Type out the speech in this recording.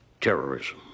Terrorism